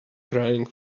crying